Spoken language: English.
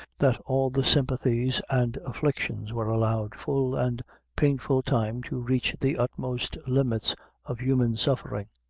that all the sympathies and afflictions were allowed full and painful time to reach the utmost limits of human suffering,